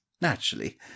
naturally